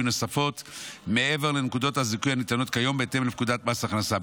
נוספות מעבר לנקודות הזיכוי הניתנות כיום בהתאם לפקודת מס הכנסה.